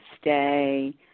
stay